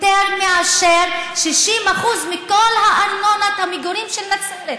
מאשר 60% מכל ארנונת המגורים של נצרת.